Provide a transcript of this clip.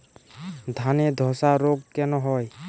ধানে ধসা রোগ কেন হয়?